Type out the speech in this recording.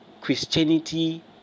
Christianity